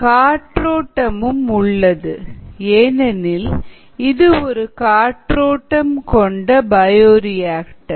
காற்றோட்டமும் உள்ளது ஏனெனில் இது ஒரு காற்றோட்டம் கொண்ட பயோரியாக்டர்